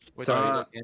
Sorry